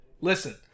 Listen